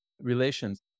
relations